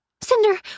Cinder